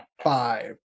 five